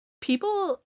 people